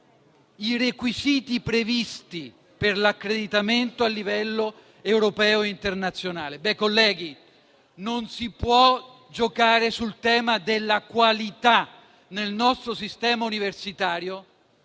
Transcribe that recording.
i requisiti previsti per l'accreditamento a livello europeo e internazionale. Colleghi, non si può giocare sul tema della qualità nel nostro sistema universitario!